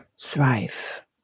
thrive